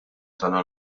tagħna